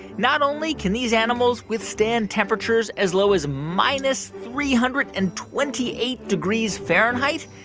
not only can these animals withstand temperatures as low as minus three hundred and twenty eight degrees fahrenheit,